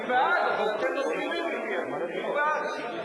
אני בעד, אבל אתם מסכימים אתי, אז תצביעו בעד.